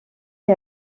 est